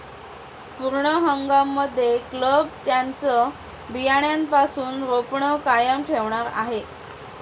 पूर्ण हंगाम मध्ये क्लब त्यांचं बियाण्यापासून रोपण कायम ठेवणार आहे